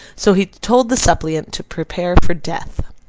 so he told the suppliant to prepare for death.